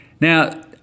Now